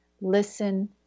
listen